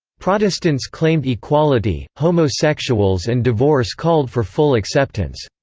protestants claimed equality, homosexuals and divorce called for full acceptance.